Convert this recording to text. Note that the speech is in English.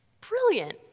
Brilliant